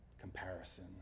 Comparison